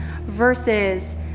versus